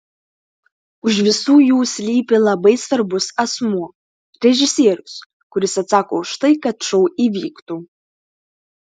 už visų jų slypi labai svarbus asmuo režisierius kuris atsako už tai kad šou įvyktų